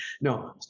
no